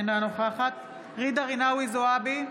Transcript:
אינה נוכחת ג'ידא רינאוי זועבי,